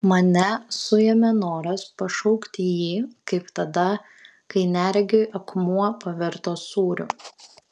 mane suėmė noras pašaukti jį kaip tada kai neregiui akmuo pavirto sūriu